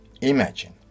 Imagine